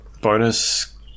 bonus